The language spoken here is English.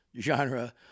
genre